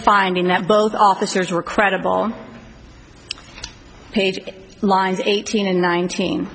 finding that both officers were credible page lines eighteen and nineteen